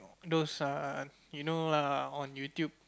those err you know lah on YouTube